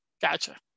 Gotcha